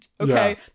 Okay